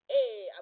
Hey